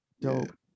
dope